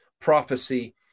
prophecy